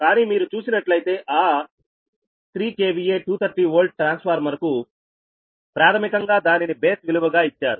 కానీ మీరు చూసినట్లయితే ఆ 3 KVA 230 Volt ట్రాన్స్ఫార్మర్ కు ప్రాథమికంగా దానిని బేస్ విలువ గా ఇచ్చారు